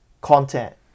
content